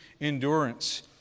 endurance